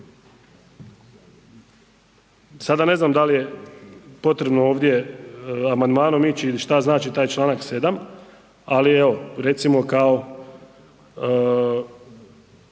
Sada ne znam da li je potrebno ovdje amandmanom ići ili šta znači taj čl. 7. ali evo, recimo kao